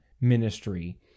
ministry